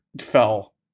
fell